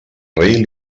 rei